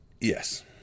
Yes